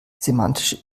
semantisch